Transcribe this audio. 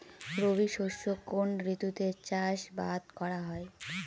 রবি শস্য কোন ঋতুতে চাষাবাদ করা হয়?